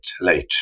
late